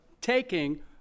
taking